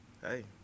Hey